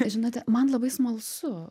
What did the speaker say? žinote man labai smalsu